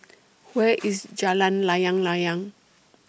Where IS Jalan Layang Layang